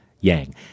Yang